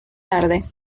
tarde